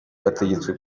bategetswe